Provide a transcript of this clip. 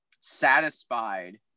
satisfied